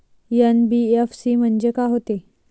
NBFC म्हणजे का होते?